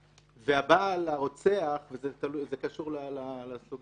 אחת מהבעיות שהצוות איתר בתחילת הדרך - היא קשורה למה